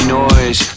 noise